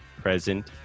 present